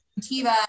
Tiva